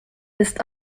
ist